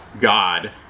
God